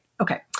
Okay